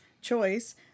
choice